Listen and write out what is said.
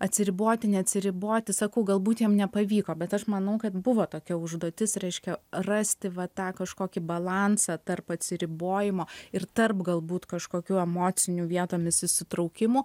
atsiriboti neatsiriboti sakau galbūt jam nepavyko bet aš manau kad buvo tokia užduotis reiškia rasti va tą kažkokį balansą tarp atsiribojimo ir tarp galbūt kažkokių emocinių vietomis įsitraukimų